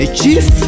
chief